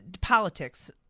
politics